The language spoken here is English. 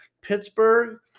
Pittsburgh